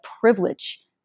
privilege